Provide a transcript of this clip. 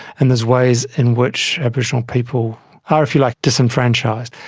and there's ways in which aboriginal people are if you like disenfranchised.